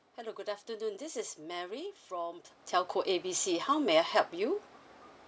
hello good afternoon this is mary from telco A B C how may I help you